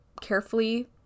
carefully